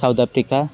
south Africa